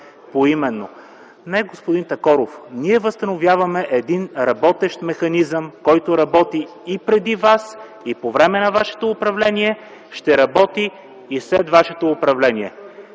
поименно. Не, господин Такоров! Ние възстановяваме един работещ механизъм, който работи и преди вас, и по време на вашето управление, ще работи и след вашето управление.